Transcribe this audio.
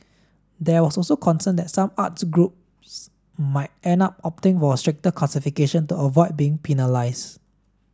there was also concern that some arts groups might end up opting for a stricter classification to avoid being penalised